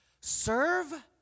Serve